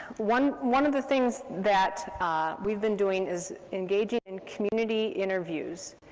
one one of the things that we've been doing is engaging in community interviews.